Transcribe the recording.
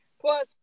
Plus